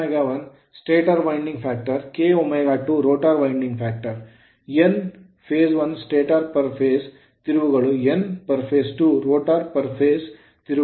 Kw1 stator winding factor Kw2 rotor winding factor Nph1 stator per phase ಪ್ರತಿ ಹಂತಕ್ಕೆ ತಿರುವುಗಳು Nph2 rotor per phase ಪ್ರತಿ ಹಂತಕ್ಕೆ ತಿರುವುಗಳು